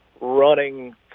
running